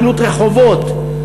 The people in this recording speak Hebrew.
שילוט רחובות,